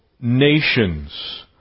nations